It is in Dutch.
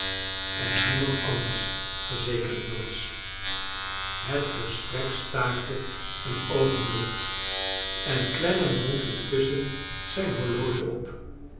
en niemand anders verzekerde doyce het gesprek staakte een oogenblik en clennam wond intusschen zijn horloge op